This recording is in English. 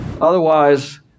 Otherwise